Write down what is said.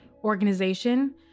organization